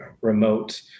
remote